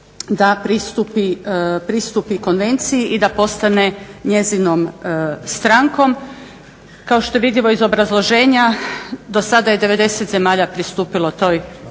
da pristupi konvenciji i da postane njezinom strankom. Kao što je vidljivo iz obrazloženja dosada je 90 zemalja pristupilo toj konvenciji.